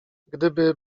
gdyby